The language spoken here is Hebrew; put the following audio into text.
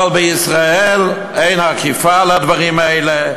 אבל בישראל אין אכיפה של הדברים האלה,